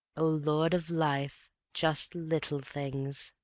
o lord of life, just little things.